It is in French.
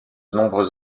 nombreux